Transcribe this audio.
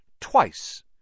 Twice